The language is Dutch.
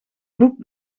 boek